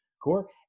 core